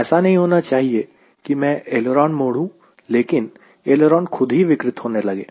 ऐसा नहीं होना चाहिए कि मैं ऐलेरोन मोडू लेकिन ऐलेरोन खुद ही विकृत होने लगे